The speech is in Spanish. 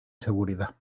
seguridad